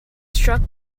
struck